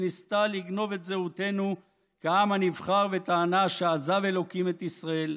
שניסתה לגנוב את זהותנו כעם הנבחר וטענה שעזב אלוקים את ישראל,